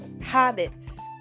habits